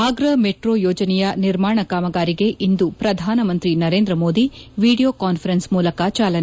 Agra metro ಯೋಜನೆಯ ನಿರ್ಮಾಣ ಕಾಮಗಾರಿಗೆ ಇಂದು ಪ್ರಧಾನಮಂತ್ರಿ ನರೇಂದ್ರ ಮೋದಿ ವಿಡಿಯೋ ಕಾನ್ವರೆನ್ಸ್ ಮೂಲಕ ಚಾಲನೆ